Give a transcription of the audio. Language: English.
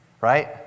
right